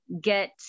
Get